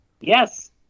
Yes